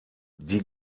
die